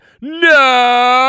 No